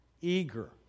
Eager